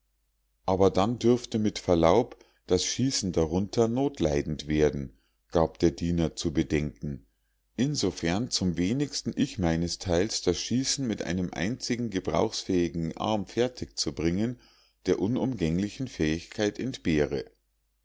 aber dann dürfte mit verlaub das schießen darunter notleidend werden gab der diener zu bedenken insofern zum wenigsten ich meinesteils das schießen mit einem einzigen gebrauchsfähigen arm fertigzubringen der unumgänglichen fähigkeit entbehre